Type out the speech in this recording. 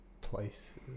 Places